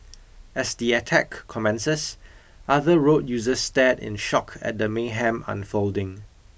as the attack commences other road users stared in shock at the mayhem unfolding